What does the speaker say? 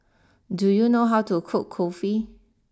do you know how to cook Kulfi